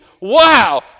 wow